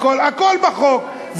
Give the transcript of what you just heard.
הכול בחוק.